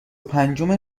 پنجم